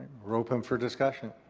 we're open for discussion.